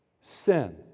sin